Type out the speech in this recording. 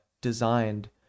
designed